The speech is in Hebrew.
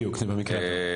בדיוק, זה במקרה הטוב.